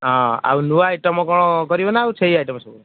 ହଁ ଆଉ ନୂଆ ଆଇଟମ୍ କ'ଣ କରିବେ ନା ସେଇ ଆଇଟମ୍ ସବୁ